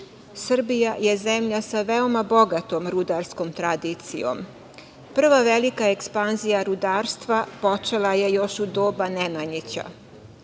nama. Srbija je zemlja sa veoma bogatom rudarskom tradicijom. Prva velika ekspanzija rudarstva počela je još u doba Nemanjića.